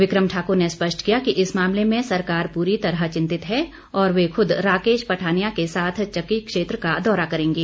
विक्रम ठाकुर ने स्पष्ट किया कि इस मामले में सरकार पूरी तरह चिंतित है और वे खुद राकेश पठानिया के साथ चक्की क्षेत्र का दौरा करेंगे